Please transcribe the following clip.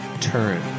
turn